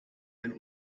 ein